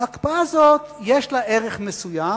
ההקפאה הזאת, יש לה ערך מסוים.